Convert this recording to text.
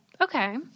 Okay